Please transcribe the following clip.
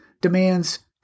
demands